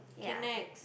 K next